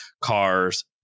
cars